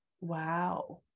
Wow